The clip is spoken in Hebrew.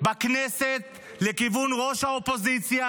בכנסת לכיוון ראש האופוזיציה,